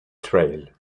trail